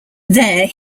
there